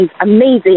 amazing